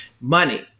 money